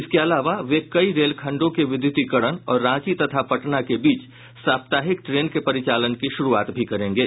इसके अलावा वे कई रेलखंडों के विद्युतीकरण और रांची तथा पटना के बीच साप्ताहिक ट्रेन के परिचालन की शुरूआत भी करेंगे